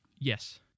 Yes